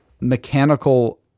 mechanical